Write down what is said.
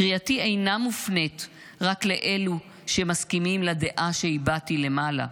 קריאתי אינה מופנית רק לאלו שמסכימים לדעה שהבעתי למעלה,